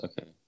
Okay